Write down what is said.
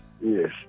yes